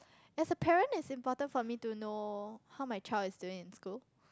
as a parent is important for me to know how my child is doing in school